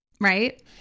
right